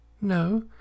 No